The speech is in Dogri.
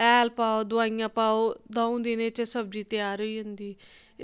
हैल पाओ दवाइयां पाओ द'ऊं दिनें च सब्जी त्यार होई जंदी